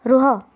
ରୁହ